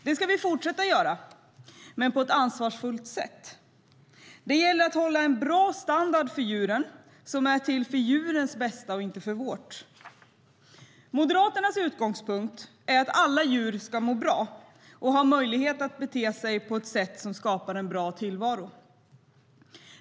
Det ska vi fortsätta att göra men på ett ansvarsfullt sätt. Det gäller att hålla en bra standard för djuren, en standard som är till för djurens bästa och inte för vårt bästa. Moderaternas utgångspunkt är att alla djur ska må bra och ha möjlighet att bete sig på ett sätt som skapar en bra tillvaro.